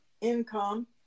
income